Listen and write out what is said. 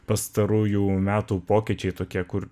pastarųjų metų pokyčiai tokie kur